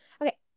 Okay